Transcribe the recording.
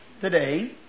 today